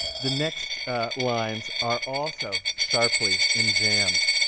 the next lines are also sharply enjambed